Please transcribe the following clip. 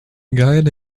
gaida